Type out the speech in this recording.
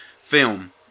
film